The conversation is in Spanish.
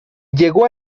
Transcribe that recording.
llegó